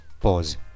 Pause